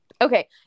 Okay